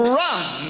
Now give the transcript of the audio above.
run